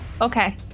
okay